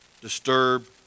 disturb